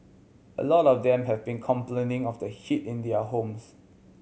a lot of them have been complaining of the heat in their homes